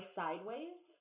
sideways